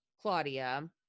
Claudia